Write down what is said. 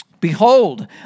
Behold